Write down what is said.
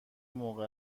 موقع